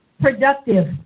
productive